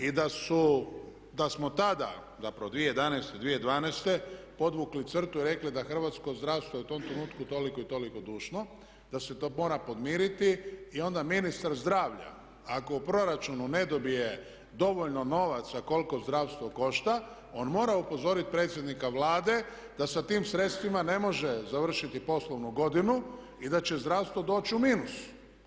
I da smo tada, zapravo 2011., 2012., podvukli crtu i rekli da hrvatsko zdravstvo je u tom trenutku toliko i toliko dužno, da se to mora podmiriti i onda ministar zdravlja ako u proračunu ne dobije dovoljno novaca koliko zdravstvo košta on mora upozoriti predsjednika Vlade da sa tim sredstvima ne može završiti poslovnu godinu i da će zdravstvo doći u minus.